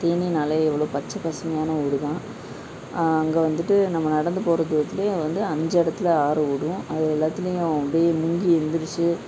தேனினாலே எவ்வளோ பச்சை பசுமையான ஊர் தான் அங்கே வந்துகிட்டு நம்ம நடந்து போகிறது எப்படியும் வந்து அஞ்சு இடத்துல ஆறு ஓடும் அது எல்லாத்துலையும் அப்படி முங்கி எழுந்திரிச்சி